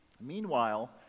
Meanwhile